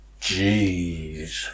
Jeez